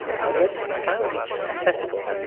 i read it, and found it accessible.